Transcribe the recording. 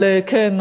כן.